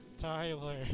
Tyler